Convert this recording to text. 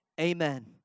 amen